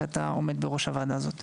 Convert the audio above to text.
שאתה עומד בראש הוועדה הזו.